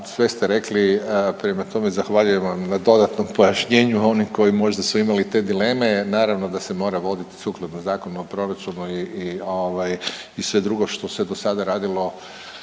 Sve ste rekli, prema tome zahvaljujem vam na dodatnom pojašnjenju, oni koji možda su imali te dileme. Naravno da se mora voditi sukladno Zakonu o proračunu i, i ovaj i sve drugo što se dosada radilo